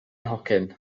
nhocyn